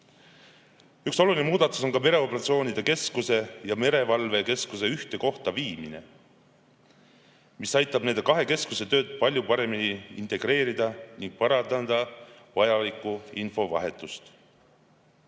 oluline muudatus on ka mereoperatsioonide keskuse ja merevalvekeskuse ühte kohta viimine, mis aitab nende kahe keskuse tööd palju paremini integreerida ning parandada vajalikku infovahetust.